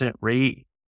rate